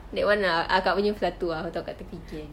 that [one] lah akak punya satu ah akak tak terfikir lagi